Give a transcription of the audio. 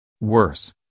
Worse